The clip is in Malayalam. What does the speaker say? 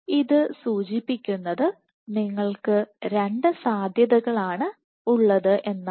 ഇത് സൂചിപ്പിക്കുന്നത് നിങ്ങൾക്ക് രണ്ട് സാധ്യതകളാണുള്ളത് എന്നാണ്